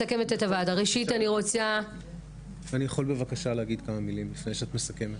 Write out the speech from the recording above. אפשר לומר כמה מילים לפני שאת מסכמת?